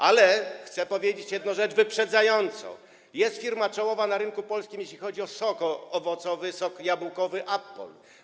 Ale chcę powiedzieć jedną rzecz wyprzedzająco: jest firma czołowa na rynku polskim, jeśli chodzi o sok owocowy, sok jabłkowy, Appol.